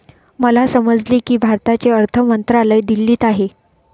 मला समजले की भारताचे अर्थ मंत्रालय दिल्लीत आहे